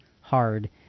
hard